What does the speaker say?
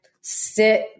sit